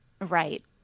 Right